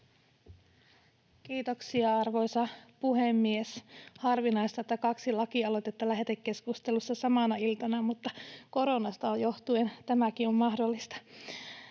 Kiitoksia, arvoisa puhemies! Harvinaista, että kaksi lakialoitetta on lähetekeskustelussa samana iltana, mutta koronasta johtuen tämäkin on mahdollista.